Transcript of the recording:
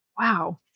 Wow